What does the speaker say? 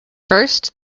first